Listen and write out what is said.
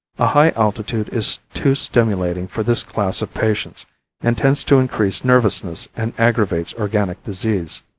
a high altitude is too stimulating for this class of patients and tends to increase nervousness and aggravates organic disease.